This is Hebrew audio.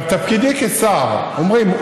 ואלכ, השתפרת בנאומים.